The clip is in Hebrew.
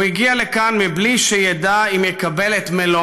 הוא הגיע לכאן בלי שידע אם יקבל את מלוא